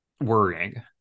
worrying